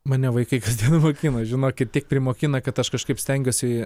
mane vaikai kasdien mokina žinokit tiek primokina kad aš kažkaip stengiuosi